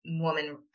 woman